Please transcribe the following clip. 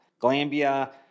Glambia